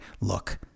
look